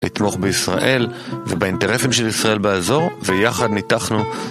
לתמוך בישראל, ובאינטרסים של ישראל באזור, ויחד ניתחנו